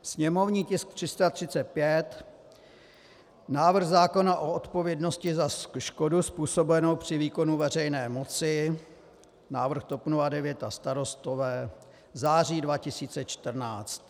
Sněmovní tisk 335, návrh zákona o odpovědnosti za škodu způsobenou při výkonu veřejné moci, návrh TOP 09 a Starostové září 2014.